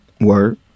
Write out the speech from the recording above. Word